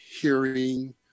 hearing